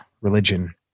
religion